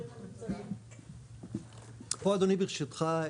אדוני ברשותך,